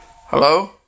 Hello